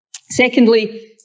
Secondly